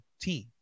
team